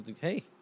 hey